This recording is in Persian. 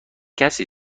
کسی